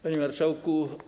Panie Marszałku!